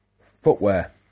Footwear